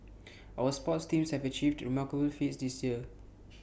our sports teams have achieved remarkable feats this year